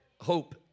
hope